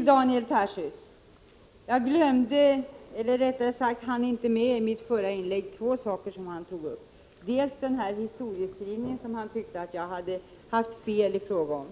Daniel Tarschys tog upp två frågor som jag glömde eller, rättare sagt, inte hann med att kommentera i mitt förra inlägg. Den första gällde den historieskrivning som jag gjorde och som Daniel Tarschys ansåg vara fel.